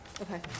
Okay